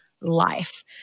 life